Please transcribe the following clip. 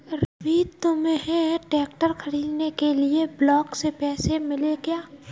रवि तुम्हें ट्रैक्टर खरीदने के लिए ब्लॉक से पैसे मिले क्या?